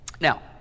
Now